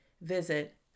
visit